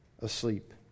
asleep